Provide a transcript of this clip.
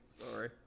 Sorry